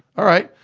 alright!